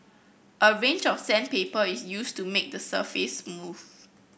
a range of sandpaper is used to make the surface smooth